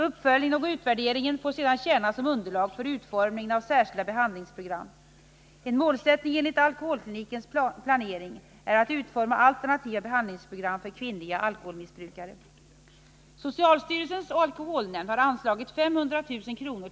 Uppföljningen och utvärderingen får sedan tjäna som underlag för utformningen av särskilda behandlingsprogram. En målsättning enligt alkoholklinikens planering är att utforma alternativa behandlingsprogram för kvinnliga alkoholmissbrukare. Socialstyrelsens alkoholnämnd har anslagit 500 000 kr.